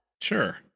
Sure